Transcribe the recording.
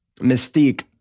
mystique